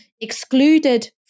excluded